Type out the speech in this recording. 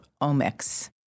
omics